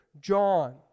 John